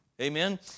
Amen